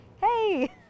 hey